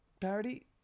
parody